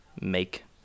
make